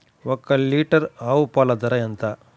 ఒక్క లీటర్ ఆవు పాల ధర ఎంత?